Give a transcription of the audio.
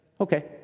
okay